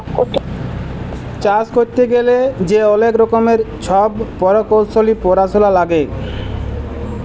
চাষ ক্যইরতে গ্যালে যে অলেক রকমের ছব পরকৌশলি পরাশলা লাগে